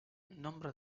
nombre